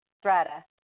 strata